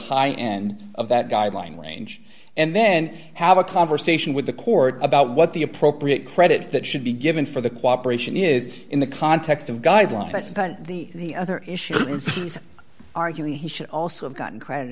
high end of that guideline wage and then have a conversation with the court about what the appropriate credit that should be given for the cooperation is in the context of guidelines that's kind of the other issue and he's arguing he should also have gotten credit